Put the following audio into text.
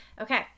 Okay